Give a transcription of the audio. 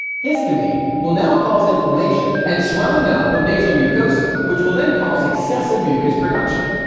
histamine will now cause inflammation and swelling up of nasal mucosa which will then cause excessive mucus production.